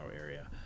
area